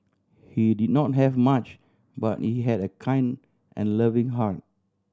he did not have much but he had a kind and loving heart